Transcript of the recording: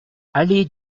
allée